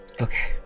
Okay